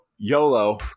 YOLO